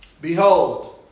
Behold